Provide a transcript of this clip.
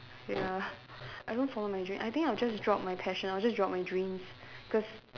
ya I don't follow my dream I think I'll just drop my passion I'll just drop my dreams cause